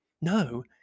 No